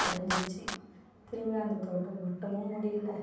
உடஞ்சிடிச்சி திரும்பி அந்த தோடை ஒட்டவும் முடியல